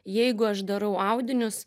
jeigu aš darau audinius